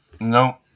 No